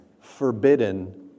forbidden